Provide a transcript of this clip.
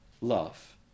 love